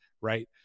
Right